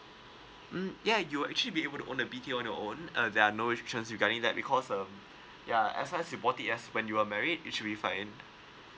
mm ya you will actually be able to own a B_T_O on your own uh there are no restriction regarding that because um ya as well as you forty as when you are married it should be fine